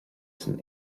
san